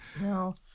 No